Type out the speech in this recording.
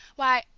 why,